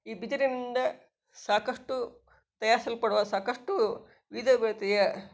ಈ ಬಿದಿರಿಂದ ಸಾಕಷ್ಟು ತಯಾರಿಸಲ್ಪಡುವ ಸಾಕಷ್ಟು ವಿವಿಧ ರೀತಿಯ